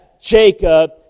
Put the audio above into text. Jacob